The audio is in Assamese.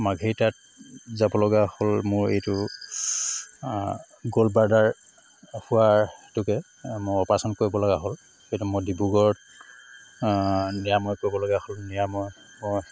মাৰ্ঘেৰিটাত যাব লগা হ'ল মোৰ এইটো গল ব্লেডাৰ হোৱা হেতুকে মোৰ অপাৰেশ্যন কৰিব লগা হ'ল সেইটো মই ডিব্ৰুগড়ত নিৰাময় কৰিব লগীয়া হ'ল নিৰাময়